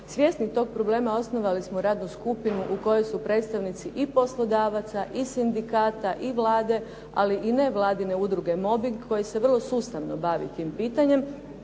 Svjesni tog problema osnovali smo radnu skupinu u kojoj su predstavnici i poslodavaca i sindikata i Vlade, ali i ne vladine udruge mobing koja se vrlo sustavno bavi tim pitanjem.